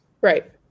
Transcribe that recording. Right